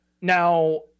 Now